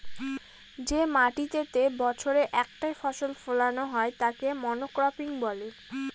যে মাটিতেতে বছরে একটাই ফসল ফোলানো হয় তাকে মনোক্রপিং বলে